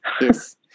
yes